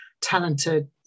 talented